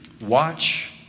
watch